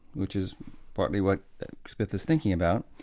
which is partly what smith is thinking about,